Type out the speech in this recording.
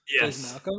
Yes